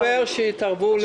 לא פייר שיתערבו לי בסל.